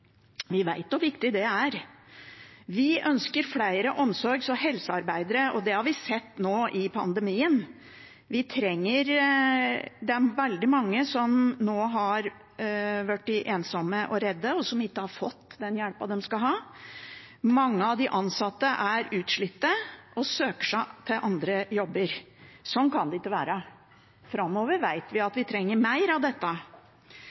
Vi vet hvor viktig det er. Vi ønsker flere omsorgs- og helsearbeidere. Det har vi sett nå under pandemien: Det er veldig mange som har blitt ensomme og redde, og som ikke har fått den hjelpa de skal ha. Mange av de ansatte er utslitt og søker seg til andre jobber. Sånn kan det ikke være. Framover vet vi at vi trenger mer av dette.